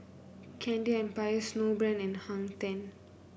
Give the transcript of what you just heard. Candy Empire Snowbrand and Hang Ten